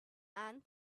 and